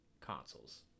consoles